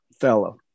fellow